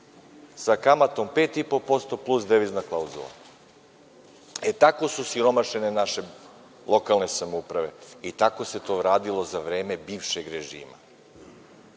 sa kamatom 5,5% plus devizna klauzula. Tako su siromašene naše lokalne samouprave i tako se to radilo za vreme bivšeg režima.